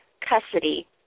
custody